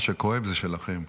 מה שכואב זה שלכם.